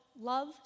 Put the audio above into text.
love